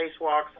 spacewalks